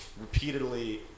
Repeatedly